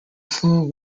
fluent